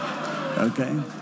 Okay